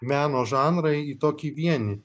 meno žanrai į tokį vienį